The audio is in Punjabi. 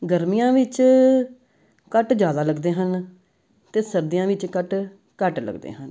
ਗਰਮੀਆਂ ਵਿੱਚ ਕੱਟ ਜ਼ਿਆਦਾ ਲੱਗਦੇ ਹਨ ਅਤੇ ਸਰਦੀਆਂ ਵਿੱਚ ਕੱਟ ਘੱਟ ਲੱਗਦੇ ਹਨ